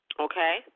okay